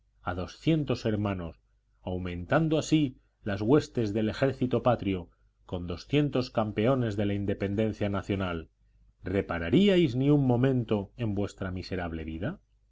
a doscientos hermanos aumentando así las huestes del ejército patrio con doscientos campeones de la independencia nacional repararíais ni un momento en vuestra miserable vida